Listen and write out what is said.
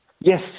Yes